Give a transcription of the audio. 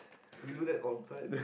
we do that all the time